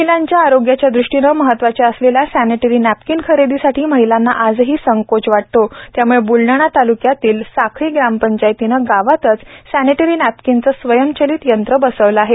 महिलांच्या आरोग्याच्या दृष्टीने महत्वाच्या असलेल्या सॅनेटरी नॅपकीन खरेदीसाठी महिलांना आजही संकोच वाटतो त्याम्ळे ब्लडाणा ताल्क्यातील साखळी ग्रामपंचायतने गावातच सॅनेटरी नॅपकिनचे स्वयंचलीत यंत्र बसविले आहे